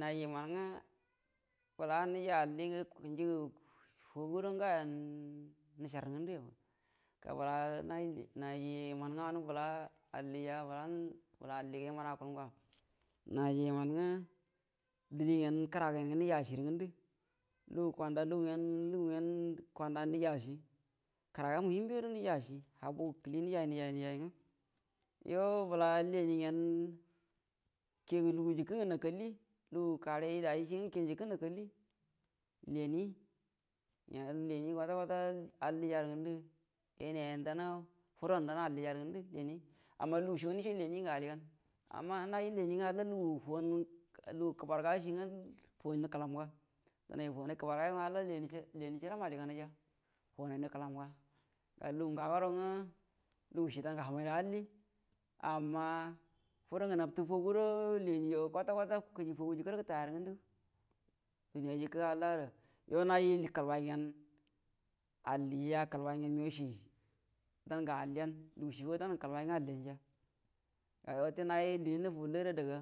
naji yəman ngə bola nəji allinguə njigə fuagu guəro nukulguli nəcər rə ngəndu yaba, ga bəla naji yəmangwə bəla alligə yəman akuəl gua, naji yenna dəlie gyen, kəragagyen nə acie ə ngəndu lugu kwanda lugu gyen nəji acie kəra ga gyen nəji acie habu kəlie nəjay nəjay ngwə, yuo bəla leniegyen kieyi lugu jəkəngə nakalli, lugu kare yyu day cie kiyen jəkongu nakalli a lonie, lonie kwata kwata alliya rə ngondu yanayiya fudə’an dan na allijarə ngəndu, amma lugu eie nəce laniegə aligan, amma naji lənie ngwə lugu fu’an kəbarga cie ngə fu’an nəƙlanga, dənay fuwanay kəbarga yungwə halla lənie cəaramma aliganayya fu’anay nəkəlanga lugu nga guərong lugucie dangə həmay rə alli, amma fudu namtə fu’agu guəro kwata kwata kəji fuəgu gəta yarə ngondu, duniya jəkə halla ada yua naji kəlbayngyen alliga kəlbaygyen məgəawcie dangə alliyen məgəawcie dangə kəlbaygə alliyadan ja ga wutə naji duniya nəfubəllayrə ada ga.